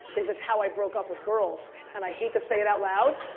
is it's how i broke up with girls, and i hate to say it out loud,